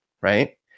right